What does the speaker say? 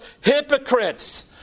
hypocrites